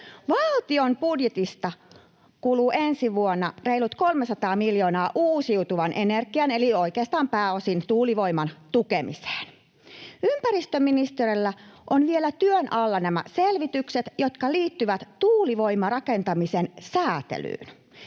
Valtion budjetista kuluu ensi vuonna reilut 300 miljoonaa uusiutuvan energian eli oikeastaan pääosin tuulivoiman tukemiseen. Ympäristöministeriöllä on vielä työn alla nämä selvitykset, jotka liittyvät tuulivoimarakentamisen säätelyyn.